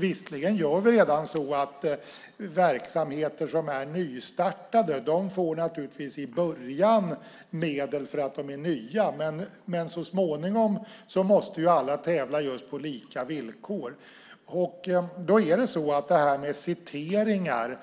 Visserligen gör vi redan så att verksamheter som är nystartade naturligtvis får medel i början därför att de är nya. Men så småningom måste alla tävla just på lika villkor. Det är så över hela världen att citeringar